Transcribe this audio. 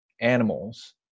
animals